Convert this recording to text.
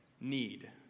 need